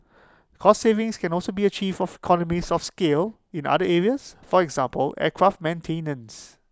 cost savings can also be achieved of economies of scale in other areas for example aircraft maintenance